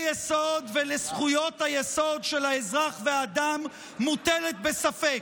יסוד ולזכויות היסוד של האזרח והאדם מוטלת בספק.